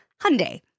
Hyundai